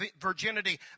virginity